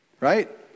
Right